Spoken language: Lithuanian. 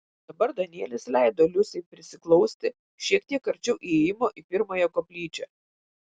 dabar danielis leido liusei prisiglausti šiek tiek arčiau įėjimo į pirmąją koplyčią